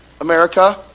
America